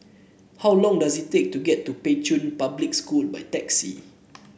how long does it take to get to Pei Chun Public School by taxi